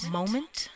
moment